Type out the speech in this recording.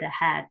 ahead